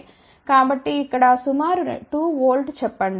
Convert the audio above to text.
కాబట్టి ఇక్కడ సుమారు 2 వోల్ట్ చెప్పండి